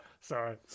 Sorry